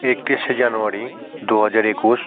একত্রিশে জানুয়ারি দু হাজার একুশ